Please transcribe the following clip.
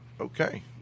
okay